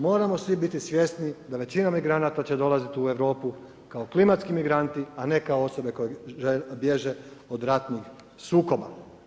Moramo svi biti svjesni da većina migranata će dolaziti u Europu kao klimatski migranti a ne kao osobe koje bježe od ratnih sukoba.